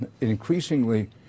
increasingly